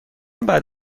بعد